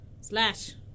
Slash